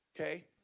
okay